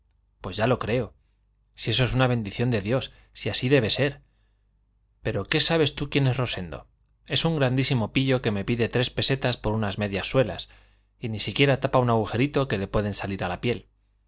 pues ya lo creo si eso es una bendición de dios si así debe ser pero sabes tú quién es rosendo es un grandísimo pillo que me pide tres pesetas por unas medias suelas y ni siquiera tapa un agujerito que le puede salir a la piel